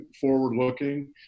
forward-looking